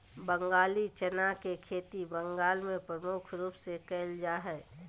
बंगाली चना के खेती बंगाल मे प्रमुख रूप से करल जा हय